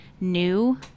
new